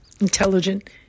intelligent